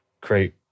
create